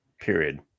period